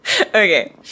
Okay